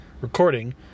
recording